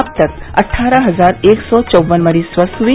अब तक अट्ठारह हजार एक सौ चौवन मरीज स्वस्थ हुए